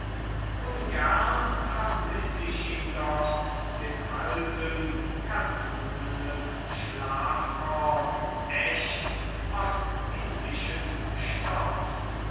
ungern vermiß ich ihn doch den alten kattunenen schlafrock echt ostindischen stoffs